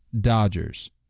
Dodgers